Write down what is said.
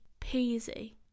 peasy